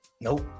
Nope